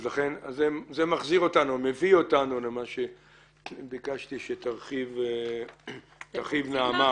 זה מביא אותנו למה שביקשתי שנעמה תרחיב לגביו.